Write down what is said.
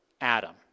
Adam